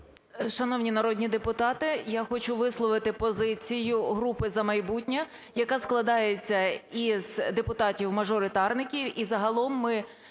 Шановні народні депутати! Я хочу висловити позицію групи "За майбутнє", яка складається із депутатів-мажоритарників, і загалом ми